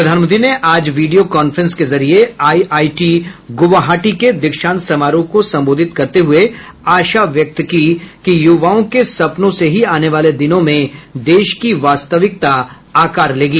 प्रधानमंत्री ने आज वीडियो कान्फ्रेंस के जरिए आईआईटी गुवाहाटी के दीक्षान्त समारोह को संबोधित करते हुए आशा व्यक्त की कि युवाओं के सपनों से ही आने वाले दिनों में देश की वास्तविकता आकार लेगी